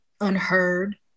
unheard